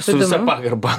su visa pagarba